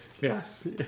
Yes